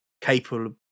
capable